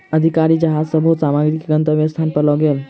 अधिकारी जहाज सॅ बहुत सामग्री के गंतव्य स्थान पर लअ गेल